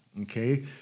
okay